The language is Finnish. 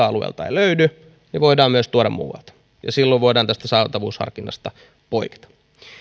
alueelta ei löydy niin voidaan myös tuoda muualta ja silloin voidaan tästä saatavuusharkinnasta poiketa